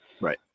Right